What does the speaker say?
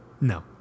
No